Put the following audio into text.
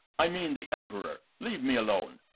i mean the emperour leave me alone.